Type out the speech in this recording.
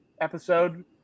episode